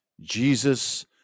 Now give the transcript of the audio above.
jesus